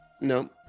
No